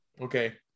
okay